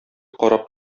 карап